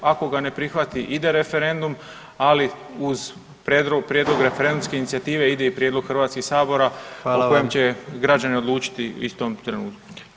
Ako ga ne prihvati ide referendum ali uz prijedlog referendumske inicijative ide i prijedlog HS-a [[Upadica predsjednik: Hvala vam.]] u kojem će građani odlučiti istom trenutku.